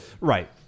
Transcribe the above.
Right